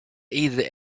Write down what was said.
either